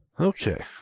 Okay